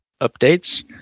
updates